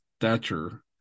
stature